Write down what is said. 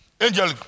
Angel